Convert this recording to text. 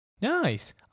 Nice